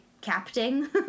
capting